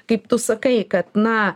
kaip tu sakai kad na